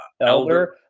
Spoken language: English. elder